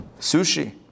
Sushi